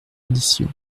audition